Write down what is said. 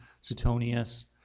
Suetonius